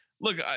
Look